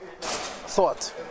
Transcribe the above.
thought